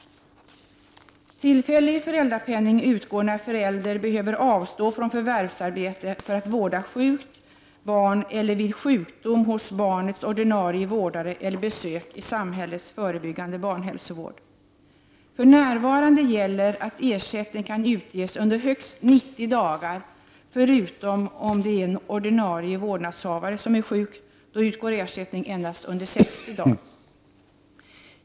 Tillfällig föräldrapenning utgår när förälder behöver avstå från förvärvsarbete för att vårda sjukt barn eller vid sjukdom hos barnets ordinarie vårdare eller besök i samhällets förebyggande barnhälsovård. För närvarande gäller att ersättning kan utges under högst 90 dagar förutom om det är ordinarie vårdnadshavare som är sjuk. Då utgår ersättning endast under högst 60 dagar.